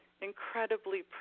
incredibly